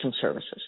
services